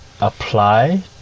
apply